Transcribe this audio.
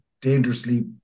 dangerously